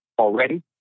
already